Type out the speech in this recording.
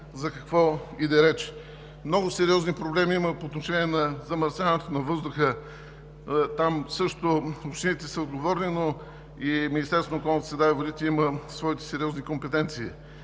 за какво иде реч. Много сериозни проблеми има по отношение на замърсяването на въздуха. Там също общините са отговорни, но и Министерството на околната среда и водите има своите сериозни компетенции.